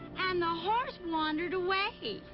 and the horse wandered away.